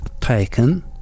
taken